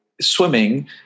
swimming